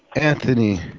Anthony